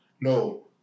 No